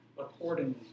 accordingly